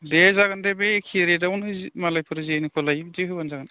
दे जागोन दे बे एखे रेटावनो मालायफोर जेनेकुवा लायो इदि होब्लानो जागोन